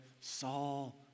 Saul